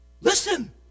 Listen